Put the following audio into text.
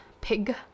pig